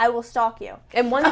i will stop you and one